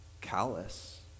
callous